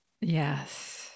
Yes